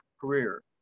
career